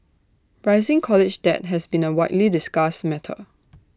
rising college debt has been A widely discussed matter